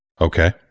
Okay